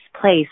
place